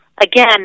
again